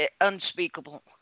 unspeakable